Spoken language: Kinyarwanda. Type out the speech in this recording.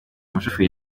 mushoferi